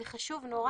זה חשוב נורא.